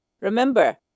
remember